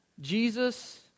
Jesus